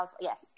Yes